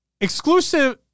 Exclusive